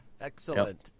Excellent